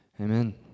Amen